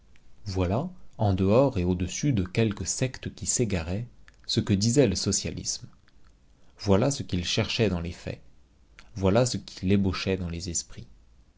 voilà en dehors et au-dessus de quelques sectes qui s'égaraient ce que disait le socialisme voilà ce qu'il cherchait dans les faits voilà ce qu'il ébauchait dans les esprits